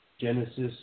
Genesis